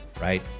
right